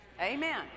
Amen